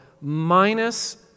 minus